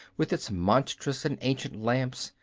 with its monstrous and ancient lamps,